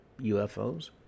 UFOs